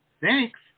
thanks